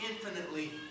infinitely